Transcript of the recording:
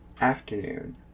afternoon